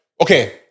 okay